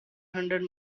hundred